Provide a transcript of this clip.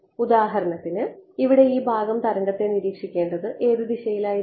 ഉദാഹരണത്തിന് ഇവിടെ ഈ ഭാഗം തരംഗത്തെ നിരീക്ഷിക്കേണ്ടത് ഏത് ദിശയിലായിരിക്കണം